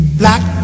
black